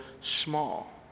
small